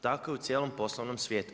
Tako je u cijelom poslovnom svijetu.